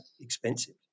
expensive